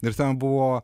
ir ten buvo